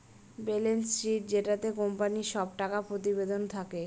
balance sheet যেটাতে কোম্পানির সব টাকা প্রতিবেদন থাকে